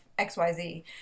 xyz